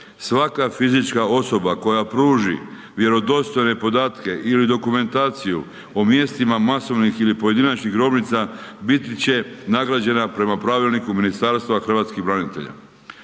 svaka fizička osoba koja pruži vjerodostojne podatke ili dokumentaciju o mjestima masovnih ili pojedinačnih grobnica biti će nagrađena prema Pravilniku Ministarstva hrvatskih branitelja.